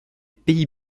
pays